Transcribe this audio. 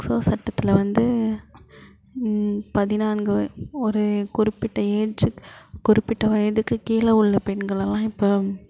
POCSO சட்டத்தில் வந்து பதினான்கு ஒரு குறிப்பிட்ட ஏஜ் குறிப்பிட்ட வயதுக்குக் கீழே உள்ள பெண்களெல்லாம் இப்போ